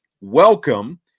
welcome